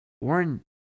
Warren